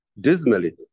dismally